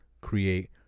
create